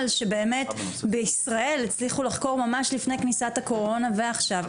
שבאמת בישראל הצליחו לחקור ממש לפני כניסת הקורונה ועכשיו,